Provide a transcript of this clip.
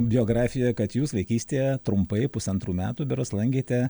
biografijoje kad jūs vaikystėje trumpai pusantrų metų berods lankėte